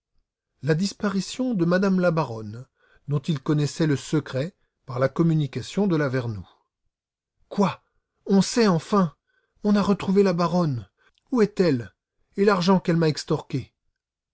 la disparition de m me la baronne dont il connaissait le secret par la communication de lavernoux quoi on sait enfin on a retrouvé la baronne où est-elle et l'argent qu'elle m'a extorqué